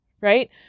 right